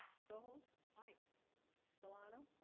so hold ah solano